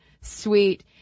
sweet